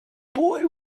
boy